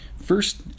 First